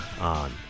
on